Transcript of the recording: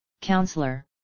Counselor